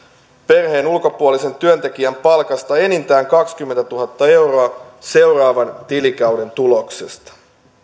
perheen ulkopuolisen työntekijän palkasta enintään kaksikymmentätuhatta euroa seuraavan tilikauden tuloksesta